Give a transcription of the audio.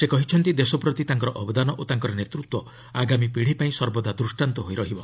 ସେ କହିଛନ୍ତି ଦେଶ ପ୍ରତି ତାଙ୍କର ଅବଦାନ ଓ ତାଙ୍କର ନେତୃତ୍ୱ ଆଗାମୀ ପିଢ଼ି ପାଇଁ ସର୍ବଦା ଦୃଷ୍ଟାନ୍ତ ହୋଇ ରହିବ